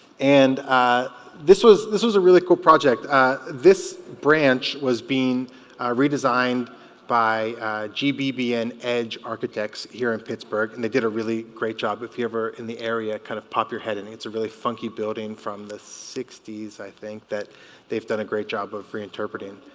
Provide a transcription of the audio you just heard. and this was this was a really cool project this branch was being redesigned by gbbn edge architects here in pittsburgh and they did a really great job if you ever in the area kind of pop your head and it's a really funky building from the sixty s i think that they've done a great job of reinterpreting